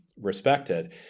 respected